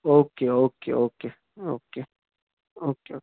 okay okay okay okay okay okay